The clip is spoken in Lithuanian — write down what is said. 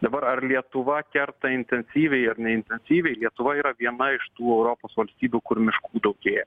dabar ar lietuva kerta intensyviai ar neintensyviai lietuva yra viena iš tų europos valstybių kur miškų daugėja